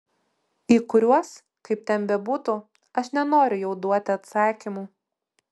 į kuriuos kaip ten bebūtų aš nenoriu jau duoti atsakymų